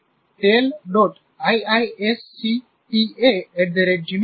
જો તમે તેને ઇ મેઇલ tale